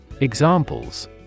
Examples